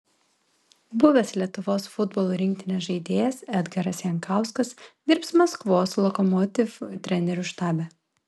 buvęs lietuvos futbolo rinktinės žaidėjas edgaras jankauskas dirbs maskvos lokomotiv trenerių štabe